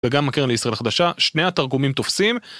וגם הקרן לישראל החדשה, שני התרגומים תופסים